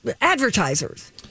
advertisers